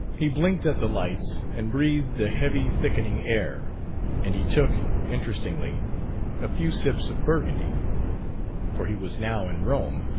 he blinked at the lights and breathed the heavy thickening air and he took interestingly a few sips of burgundy for he was now in rome,